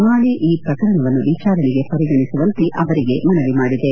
ನಾಳೆ ಈ ಪ್ರಕರಣವನ್ನು ವಿಚಾರಣೆಗೆ ಪರಿಗಣಿಸುವಂತೆ ಅವರಿಗೆ ಮನವಿ ಮಾಡಿದೆ